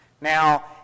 Now